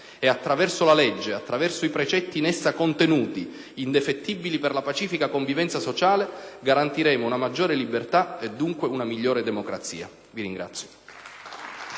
Attraverso la legge e i precetti in essa contenuti, indefettibili per la pacifica convivenza sociale, garantiremo una maggiore libertà e dunque una migliore democrazia. *(Applausi